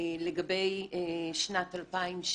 לגבי שנת 2016